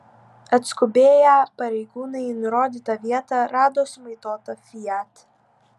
atskubėję pareigūnai į nurodytą vietą rado sumaitotą fiat